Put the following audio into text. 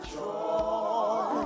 joy